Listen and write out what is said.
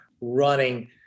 running